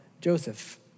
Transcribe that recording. Joseph